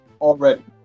already